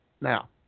Now